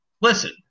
Listen